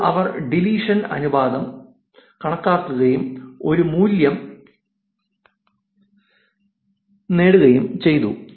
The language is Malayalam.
അപ്പോൾ അവർ ഡിലീഷിഷൻ അനുപാതം കണക്കാക്കുകയും ഒരു മൂല്യം നേടുകയും ചെയ്തു